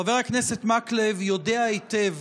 חבר הכנסת מקלב יודע היטב